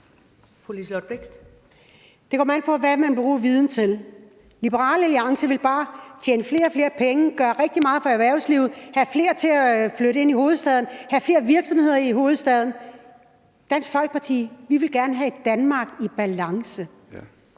Det kommer an på, hvad man vil bruge viden til. Liberal Alliance vil bare tjene flere og flere penge, gøre rigtig meget for erhvervslivet, have flere til at flytte ind i hovedstaden, have flere virksomheder i hovedstaden. Dansk Folkeparti vil gerne have et Danmark i balance.